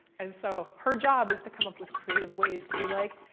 and so her job is to come up with creative ways to be like,